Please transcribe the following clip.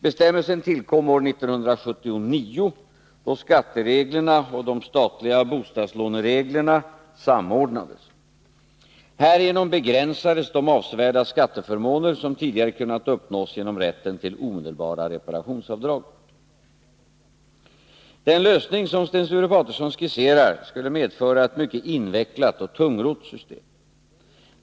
Bestämmelsen tillkom år 1979, då skattereglerna och de statliga bostadslånereglerna samordnades. Härigenom begränsades de avsevärda skatteförmåner som tidigare kunnat uppnås genom rätten till omedelbara reparationsavdrag. Den lösning som Sten Sture Paterson skisserar skulle medföra ett mycket invecklat och tungrott system.